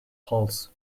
pulse